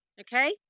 Okay